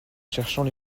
cherchant